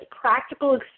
practical